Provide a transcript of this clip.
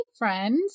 friends